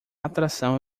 atração